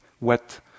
wet